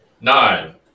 Nine